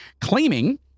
claiming